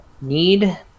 need